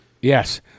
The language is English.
Yes